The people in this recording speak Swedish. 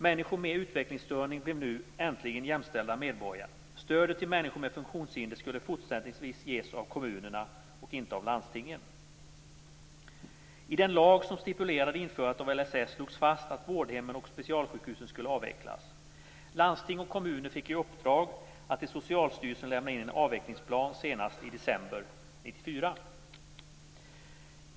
Människor med utvecklingsstörning blev nu äntligen jämställda medborgare. Stödet till människor med funktionshinder skulle fortsättningsvis ges av kommunerna och inte av landstingen. I den lag som stipulerade införandet av LSS slogs fast att vårdhemmen och specialsjukhusen skulle avvecklas. Landsting och kommuner fick i uppdrag att till Socialstyrelsen lämna in en avvecklingsplan senast i december 1994.